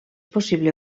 possible